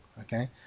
okay